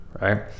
right